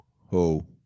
Ho